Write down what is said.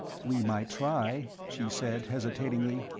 we might try, she said, hesitatingly.